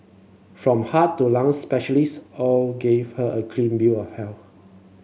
from heart to lung specialists all gave her a clean bill of health